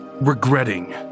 regretting